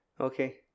Okay